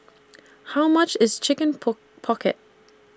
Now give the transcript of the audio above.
How much IS Chicken Pocket